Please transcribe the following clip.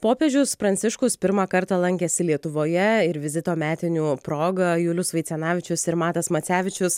popiežius pranciškus pirmą kartą lankėsi lietuvoje ir vizito metinių proga julius vaicenavičius ir matas macevičius